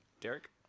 Derek